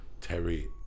Terry